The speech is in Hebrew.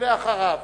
ואחריו,